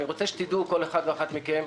אני רוצה שתדעו כל אחד ואחת מכם,